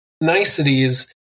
niceties